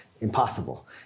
impossible